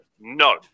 no